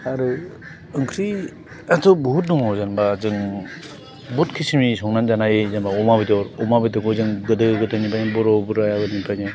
आरो ओंख्रियाथ' बहुद दङ जेनेबा जों बहुद किसुनि संनानै जानो हायो जेनेबा अमा बेदर अमा बेदरखौ जों गोदो गोदोनिफ्रायनो बर' बुरायनिफ्रायनो